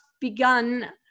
begun